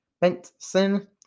Benson